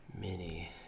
mini